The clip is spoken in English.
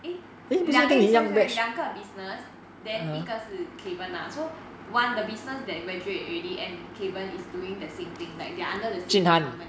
eh 两个 eh sorry sorry 两个 business then 一个是 kevan lah so one the business that graduate already and kevan is doing the same thing like that they are under the same company